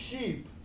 sheep